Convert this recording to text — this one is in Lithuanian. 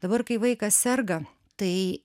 dabar kai vaikas serga tai